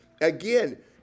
Again